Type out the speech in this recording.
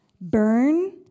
burn